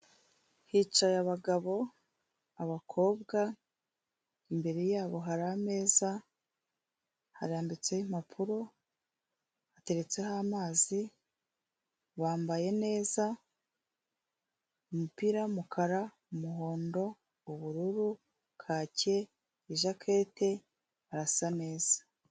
Hicaye abagabo, abakobwa imbere yabo hari ameza harambitseho impapuro hateretseho amazi, bambaye neza, umupira w'umukara, umuhondo, ubururu, kake, ijakete harasa neza.